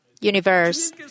universe